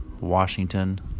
Washington